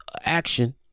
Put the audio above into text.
action